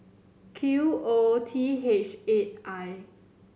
Q O T H eight I